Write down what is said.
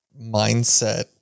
mindset